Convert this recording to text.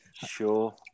Sure